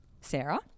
Sarah